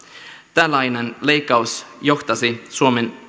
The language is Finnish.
tällainen leikkaus johtaisi suomen